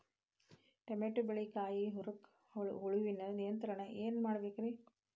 Tomato ಬೆಳೆಯ ಕಾಯಿ ಕೊರಕ ಹುಳುವಿನ ನಿಯಂತ್ರಣಕ್ಕ ಏನ್ ಮಾಡಬೇಕ್ರಿ?